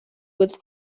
was